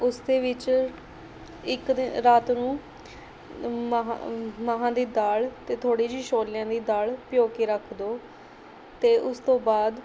ਉਸ ਦੇ ਵਿੱਚ ਇੱਕ ਦ ਰਾਤ ਨੂੰ ਮਾਂਹਾਂ ਮਾਂਹਾਂ ਦੀ ਦਾਲ਼ ਅਤੇ ਥੋੜ੍ਹੀ ਜਿਹੀ ਛੋਲਿਆਂ ਦੀ ਦਾਲ਼ ਭਿਉਂ ਕੇ ਰੱਖ ਦਿਉ ਅਤੇ ਉਸ ਤੋਂ ਬਾਅਦ